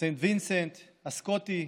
סנט וינסנט, הסקוטי,